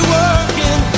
working